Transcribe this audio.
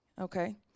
Okay